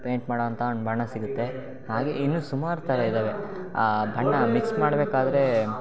paint ಮಾಡೋಂಥ ಒಂದು ಬಣ್ಣ ಸಿಗುತ್ತೆ ಹಾಗೇ ಇನ್ನೂ ಸುಮಾರು ಥರ ಇದ್ದಾವೆ ಬಣ್ಣ ಮಿಕ್ಸ್ ಮಾಡಬೇಕಾದ್ರೆ